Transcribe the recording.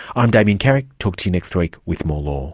i'm damien carrick. talk to you next week with more law